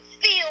feel